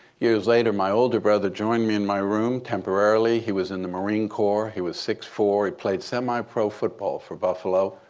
years later, my older brother joined me in my room temporarily. he was in the marine corps. he was six, four. he played semi-pro football for buffalo.